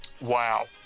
Wow